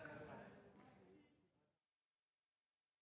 Merci